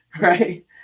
Right